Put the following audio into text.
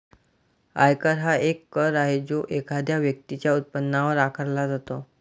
आयकर हा एक कर आहे जो एखाद्या व्यक्तीच्या उत्पन्नावर आकारला जातो